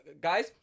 Guys